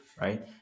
right